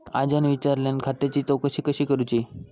आज्यान विचारल्यान खात्याची चौकशी कशी करुची?